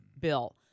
Bill